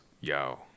Yo